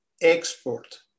export